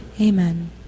Amen